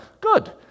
Good